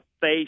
face